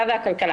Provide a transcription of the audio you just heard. והכלכלה.